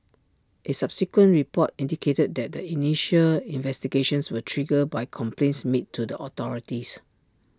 is subsequent report indicated that the initial investigations were triggered by complaints made to the authorities